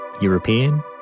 European